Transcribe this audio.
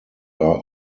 are